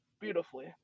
beautifully